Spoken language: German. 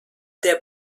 der